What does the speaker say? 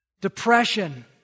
Depression